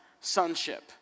sonship